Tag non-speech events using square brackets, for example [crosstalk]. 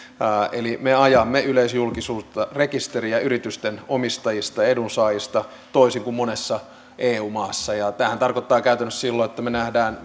eli me ajamme yleisöjulkisuutta rekisteriin yritysten omistajista ja edunsaajista toisin kuin monessa eu maassa ja tämähän tarkoittaa käytännössä silloin että me näemme [unintelligible]